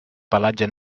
pelatge